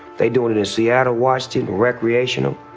they doing it in seattle, washington. recreational.